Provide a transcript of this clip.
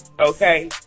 Okay